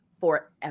forever